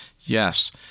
Yes